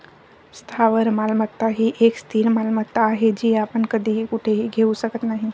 स्थावर मालमत्ता ही एक स्थिर मालमत्ता आहे, जी आपण कधीही कुठेही घेऊ शकत नाही